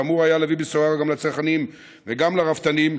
שאמור היה להביא בשורה גם לצרכנים וגם לרפתנים,